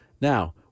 Now